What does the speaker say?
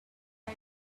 and